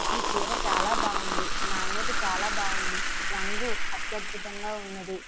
ఈ చీర చాలా బాగుంది నాణ్యత చాలా బాగుంది రంగు అత్యద్భుతంగా వున్నది